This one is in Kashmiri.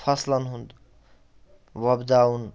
فَصلَن ہُنٛد وۄبداوُن